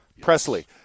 Presley